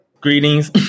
Greetings